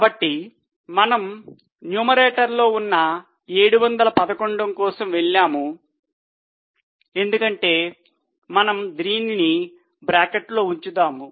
కాబట్టి మనం న్యూమరేటర్లో ఉన్న 711 కోసం వెళ్తాము ఎందుకంటే మనం దీనిని బ్రాకెట్లో ఉంచుతాము